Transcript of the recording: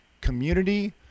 community